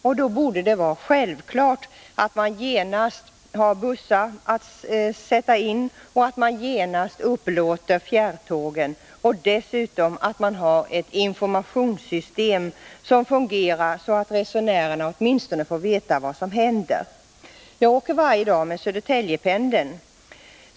Och då borde det vara självklart att man genast har bussar att sätta in, att man genast upplåter fjärrtågen och att man dessutom har ett informationssystem som fungerar så att resenärerna åtminstone får veta vad som händer. Jag åker varje dag med Södertäljependeln.